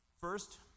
First